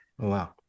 wow